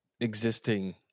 existing